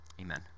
amen